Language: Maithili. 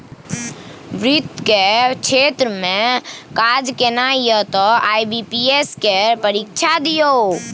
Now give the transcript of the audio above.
वित्त केर क्षेत्र मे काज केनाइ यै तए आई.बी.पी.एस केर परीक्षा दियौ